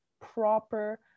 proper